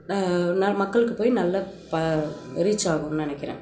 நா மக்களுக்கு போய் நல்லா ப ரீச் ஆகும்னு நினைக்கிறேன்